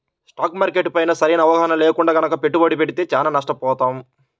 stock market పైన సరైన అవగాహన లేకుండా గనక పెట్టుబడి పెడితే చానా నష్టపోతాం